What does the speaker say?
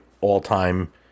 all-time